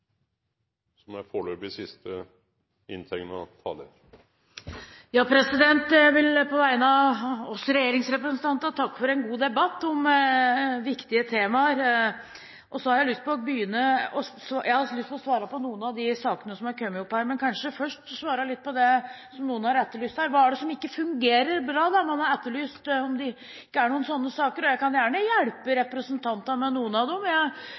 debatt om viktige temaer. Jeg har lyst til å svare på noen av de sakene som har kommet opp her, men kanskje først svare litt på det som noen har etterlyst: Hva er det som ikke fungerer bra? Man har etterlyst om det ikke er noen slike saker, og jeg kan gjerne hjelpe representantene med noen av dem.